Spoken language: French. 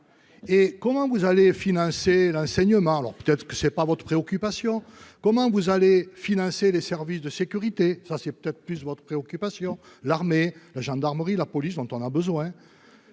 et comment vous allez financer l'enseignement, alors peut-être que c'est pas votre préoccupation, comment vous allez financer les services de sécurité, ça, c'est peut-être plus votre préoccupation, l'armée, la gendarmerie, la police, dont on a besoin,